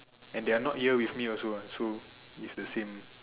and they are not here with me also what so it's the same